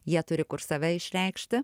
jie turi kur save išreikšti